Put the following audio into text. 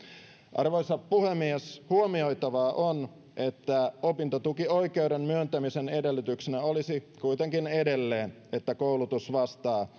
arvoisa puhemies huomioitavaa on että opintotukioikeuden myöntämisen edellytyksenä olisi kuitenkin edelleen että koulutus vastaa